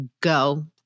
go